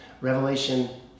Revelation